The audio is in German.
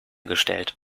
gestellt